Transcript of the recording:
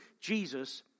Jesus